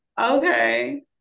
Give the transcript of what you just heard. Okay